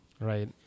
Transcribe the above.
Right